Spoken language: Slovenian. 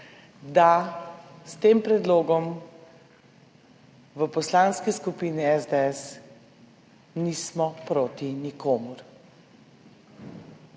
da s tem predlogom v Poslanski skupini SDS nismo proti nikomur.